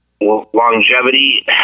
longevity